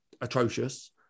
atrocious